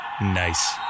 Nice